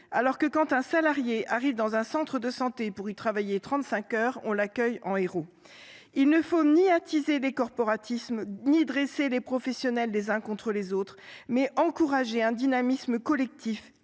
alors que, quand un salarié arrive dans un centre de santé pour y travailler 35 heures, on l’accueille en héros. » Il ne faut ni attiser les corporatismes ni dresser les professionnels les uns contre les autres ; il faut au contraire encourager un dynamisme collectif